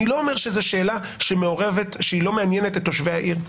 אני לא אומר שזאת שאלה שלא מעניינת את תושבי העיר,